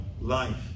life